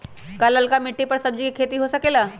का लालका मिट्टी कर सब्जी के भी खेती हो सकेला?